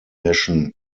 mission